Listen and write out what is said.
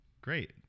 great